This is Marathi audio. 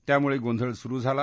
त्यामुळे गोंधळ सुरु झाला